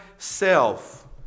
self